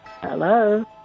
Hello